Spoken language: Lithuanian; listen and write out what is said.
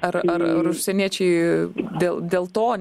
ar ar ar užsieniečiui dėl dėl to